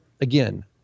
again